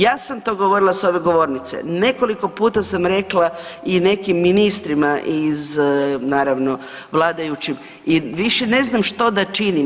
Ja sam to govorila s ove govornice, nekoliko puta sam rekla i nekim ministrima iz naravno vladajućim i više ne znam što da činim.